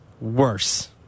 worse